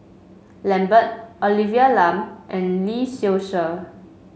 Lambert Olivia Lum and Lee Seow Ser